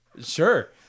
sure